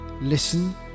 Listen